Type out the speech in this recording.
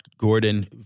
Gordon